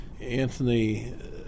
Anthony